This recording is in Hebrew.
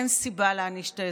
אין סיבה להעניש את האזרחים.